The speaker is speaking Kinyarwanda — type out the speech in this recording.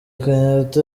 kenyatta